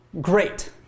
Great